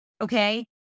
okay